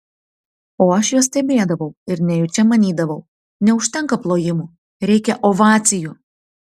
o aš juos stebėdavau ir nejučia manydavau neužtenka plojimų reikia ovacijų